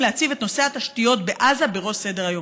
להציב את נושא התשתיות בעזה בראש סדר-היום.